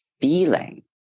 feeling